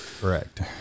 Correct